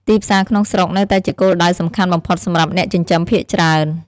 ទីផ្សារក្នុងស្រុកនៅតែជាគោលដៅសំខាន់បំផុតសម្រាប់អ្នកចិញ្ចឹមភាគច្រើន។